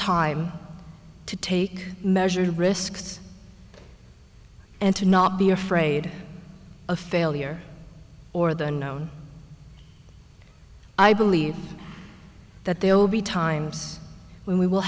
time to take measured risks and to not be afraid of failure or the unknown i believe that there will be times when we will